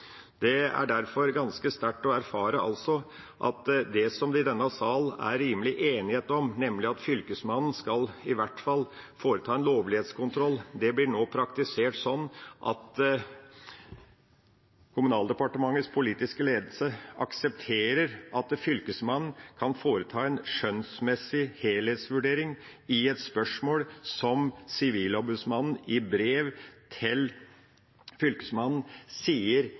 rimelig enighet om, nemlig at Fylkesmannen i hvert fall skal foreta en lovlighetskontroll, nå blir praktisert slik at Kommunaldepartementets politiske ledelse aksepterer at Fylkesmannen kan foreta en skjønnsmessig helhetsvurdering i et spørsmål som Sivilombudsmannen i brev til Fylkesmannen sier